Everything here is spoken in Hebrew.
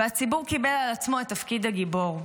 והציבור קיבל על עצמו את תפקיד הגיבור.